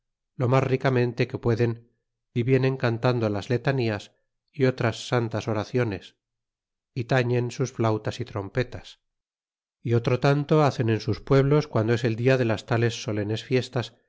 lo mas ricamente que pueden y vienen cantando las letanías y otras santas oraciones y tañen sus flautas y trompetas y otro tanto hacen en sus pueblos guando es dia de las tales solenes fiestas